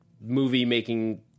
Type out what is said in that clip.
movie-making